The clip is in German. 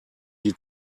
die